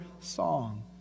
song